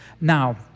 Now